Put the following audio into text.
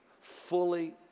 fully